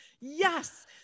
yes